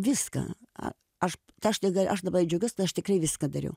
viską a aš aš tai ga aš dabar džiaugiuos tai aš tikrai viską dariau